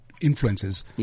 influences